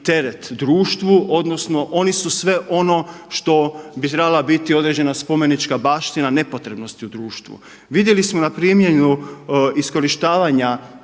teret društvu, odnosno oni su sve ono što bi trebala biti određena spomenička baština nepotrebnosti u društvu. Vidjeli smo na primjeru iskorištavanja